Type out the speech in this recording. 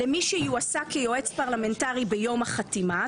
-- למי שיועסק כיועץ פרלמנטרי ביום החתימה.